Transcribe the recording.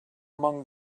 among